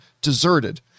deserted